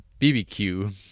BBQ